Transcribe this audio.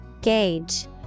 Gauge